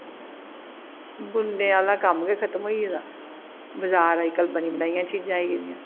बुनने आह्ला कम्म गै खत्म होई गेदा बजार अज्ज कल बनी बनाइयां चीजां आई गेदियां